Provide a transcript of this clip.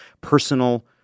personal